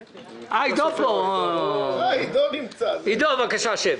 אה, עידו סופר נמצא פה, בבקשה שב.